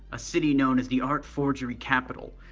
a city known as the art forgery capitol.